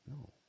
No